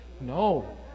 No